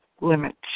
limits